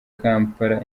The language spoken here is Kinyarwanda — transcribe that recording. kampala